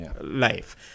life